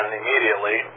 immediately